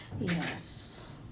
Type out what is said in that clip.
Yes